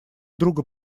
друга